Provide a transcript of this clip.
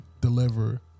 deliver